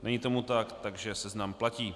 Není tomu tak, takže seznam platí.